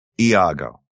iago